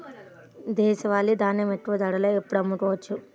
దేశవాలి ధాన్యం ఎక్కువ ధరలో ఎప్పుడు అమ్ముకోవచ్చు?